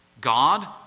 God